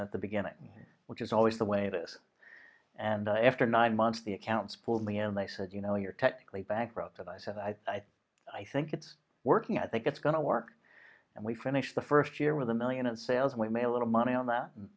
to the beginning which is always the way this and after nine months the accounts pulled me and they said you know you're technically bankrupt i said i think i think it's working i think it's going to work and we finished the first year with a million in sales and we made a little money on that and